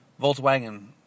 Volkswagen